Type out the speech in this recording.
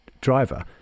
driver